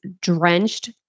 drenched